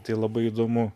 tai labai įdomu